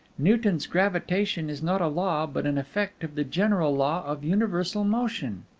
newton's gravitation is not a law, but an effect of the general law of universal motion.